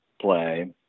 play